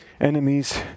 enemies